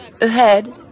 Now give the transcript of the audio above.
Ahead